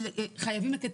תודה.